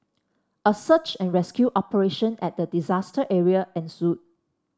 a search and rescue operation at the disaster area ensued